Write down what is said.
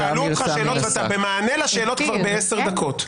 שאלו אותך שאלות ואתה במענה לשאלות כבר בעשר דקות.